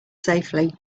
safely